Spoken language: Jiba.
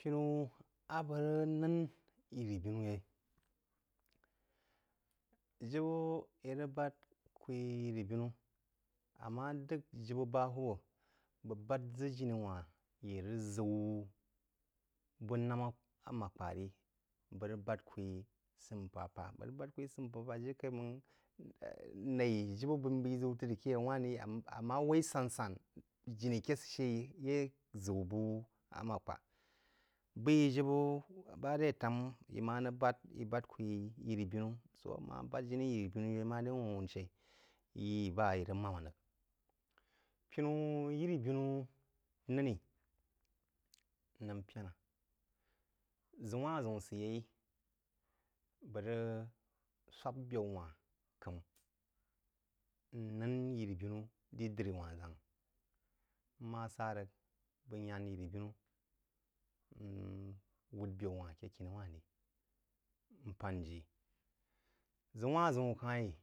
Pīnú a bəg rəg nnen yiri-binú yeí – jibə í rəg bād kú yí “yirí-binu” ammá d’əgh jibə ba’ hwūb bəg bād ʒə jini wa-hn yé rəg ʒəu bú námá amákpá rí – bəg rəg bād kú yī səmpápá. Bəg rəg bād kū yí “ səmpápá jiri kai máng naí jibə b’eí n b’eī ʒəu trí ake yaú wahn rī. Ammá w’eī san-sān jiki ké sə-shə yé ʒəu bú əmákpá. B’eí jibə bá áré tām í má rəg bād, í bād kú yí yiribinu. Sō ā má bād, í bād kú yí yiribinu. Sō ā má bād jini yiri-binú yeí maré wū-awūn shaí yi bá í rəg mān ləg. Oinú yiri-binú nəm pəna-ʒəun-wa-hn-ʒəun səyeí bəg rəg swāp byaú-wan k’əm n nəng yīri-binu di diri-w-hn ʒáng mma sa rəg, bəg yán yiri-binu n wūd byaú-wān aké kini wan ri- n pān ji. Ʒəún ka-á yí